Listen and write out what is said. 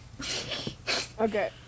Okay